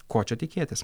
ko čia tikėtis